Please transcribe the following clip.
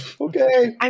Okay